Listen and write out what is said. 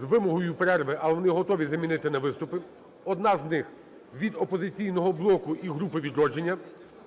з вимогою перерви, але вони готові замінити на виступи. Одна з них – від "Опозиційного блоку" і групи "Відродження".